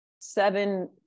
seven